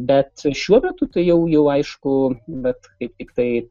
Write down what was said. bet šiuo metu tai jau jau aišku bet kaip tiktai